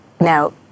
now